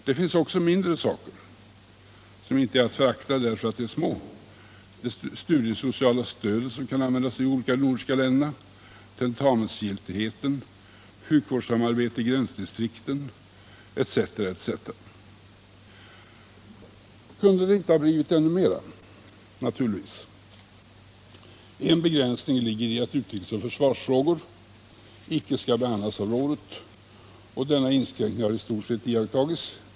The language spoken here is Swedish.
Det finns också mindre saker, som inte är att förakta för att de är små, t.ex. det studiesociala stödet, som kan utnyttjas i de andra nordiska länderna, tentamensgiltigheten och sjukvårdssamarbetet i gränsdistrikten. Kunde det inte ha blivit ännu mera? Jo, naturligtvis. En begränsning ligger i att utrikesoch försvarsfrågor icke skall behandlas av rådet, och denna inskränkning har i stort sett iakttagits.